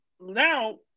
now